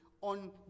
on